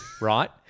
Right